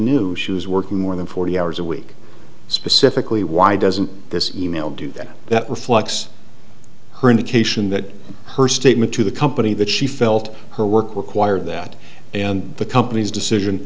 knew she was working more than forty hours a week specifically why doesn't this e mail do that that reflects her indication that her statement to the company that she felt her work required that and the company's decision